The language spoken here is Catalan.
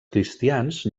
cristians